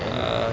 ah